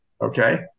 okay